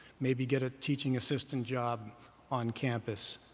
maybe get a teaching assistant job on campus,